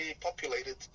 populated